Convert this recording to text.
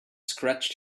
scratched